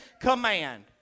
command